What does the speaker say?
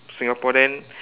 Singapore then